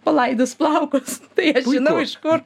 palaidus plaukus taip žinau iš kur